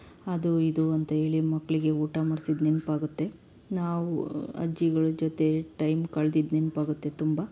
ಅದು ಇದು ಅಂತ ಹೇಳಿ ಮಕ್ಕಳಿಗೆ ಊಟ ಮಾಡ್ಸಿದ ನೆನಪಾಗುತ್ತೆ ನಾವು ಅಜ್ಜಿಗಳ್ ಜೊತೆ ಟೈಮ್ ಕಳ್ದಿದ್ದು ನೆನಪಾಗುತ್ತೆ ತುಂಬ